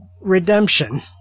Redemption